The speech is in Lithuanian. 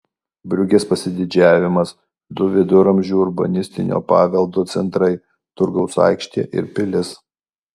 briugės pasididžiavimas du viduramžių urbanistinio paveldo centrai turgaus aikštė ir pilis